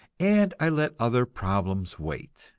and i let other problems wait.